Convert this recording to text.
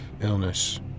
illness